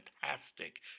fantastic